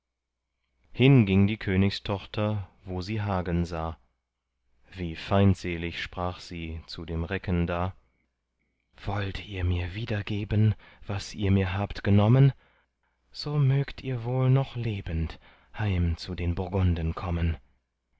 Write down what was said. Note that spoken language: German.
hin ging die königstochter wo sie hagen sah wie feindselig sprach sie zu dem recken da wollt ihr mir wiedergeben was ihr mir habt genommen so mögt ihr wohl noch lebend heim zu den burgunden kommen